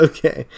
Okay